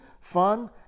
fun